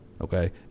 Okay